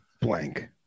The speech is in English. blank